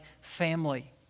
family